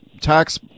tax